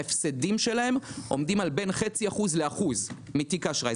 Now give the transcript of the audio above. ההפסדים שלהם עומדים על בין חצי אחוז לאחוז מתיק האשראי.